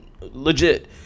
legit